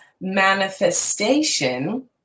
manifestation